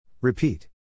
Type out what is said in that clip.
Repeat